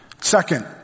Second